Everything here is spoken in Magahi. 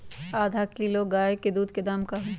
आधा किलो गाय के दूध के का दाम होई?